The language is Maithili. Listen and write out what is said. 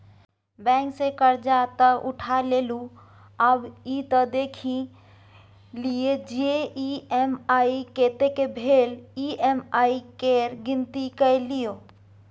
बैंक सँ करजा तँ उठा लेलहुँ आब ई त देखि लिअ जे ई.एम.आई कतेक भेल ई.एम.आई केर गिनती कए लियौ